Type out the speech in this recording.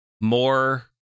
more